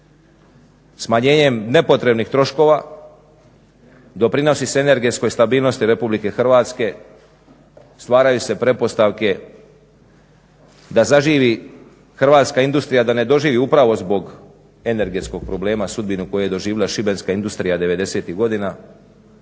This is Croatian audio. Smanjenjem nepotrebnih troškova doprinosi se energetskoj stabilnosti RH, stvaraju se pretpostavke da zaživi hrvatska industrija da ne doživi upravo zbog energetskog problema sudbinu koju je doživjela šibenska industrija '90-ih godina